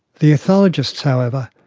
the ethologists, however,